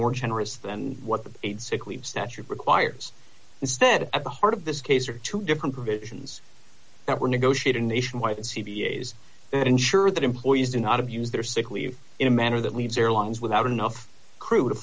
more generous than what the aid sickleave statute requires instead at the heart of this case are two different provisions that were negotiated nationwide and c b s that ensure that employees do not abuse their sick leave in a manner that leaves airlines without enough crew to